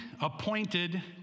appointed